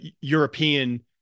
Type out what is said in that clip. European